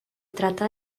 trata